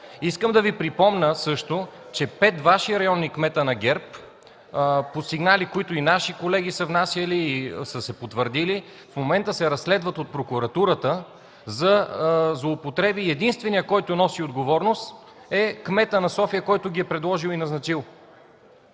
Искам да Ви припомня също, че петима Ваши районни кметове – на ГЕРБ, по сигнали, които и наши колеги са внасяли и са се потвърдили, в момента се разследват от прокуратурата за злоупотреби. И единственият, който носи отговорност, е кметът на София, който ги е предложил и назначил.